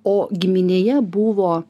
o giminėje buvo